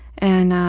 and,